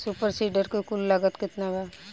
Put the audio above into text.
Super seeder के कुल लागत केतना बा?